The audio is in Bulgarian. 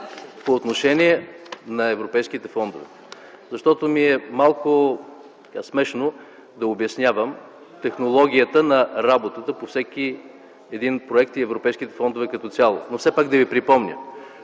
говорим за европейските фондове. (Възгласи: „Е-е-е”!) Защото ми е малко смешно да обяснявам технологията на работата по всеки един проект и европейските фондове като цяло, но все пак да ви припомня.